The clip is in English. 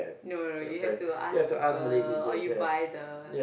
no no no you have to ask people or you buy the